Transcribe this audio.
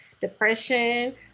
depression